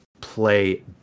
play